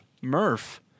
Murph